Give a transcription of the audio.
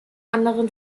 anderen